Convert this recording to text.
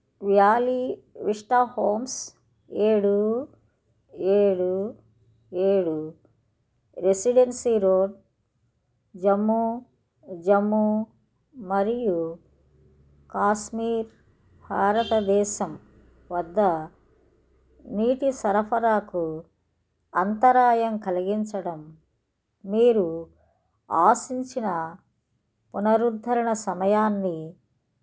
valley Vista Homes ఏడు ఏడు ఏడు రెసిడెన్సీ రోడ్ జమ్మూ జమ్మూ మరియు కాశ్మీర్ భారతదేశం వద్ద నీటి సరఫరాకు అంతరాయం కలిగించడం మీరు ఆశించిన పునరుద్ధరణ సమయాన్ని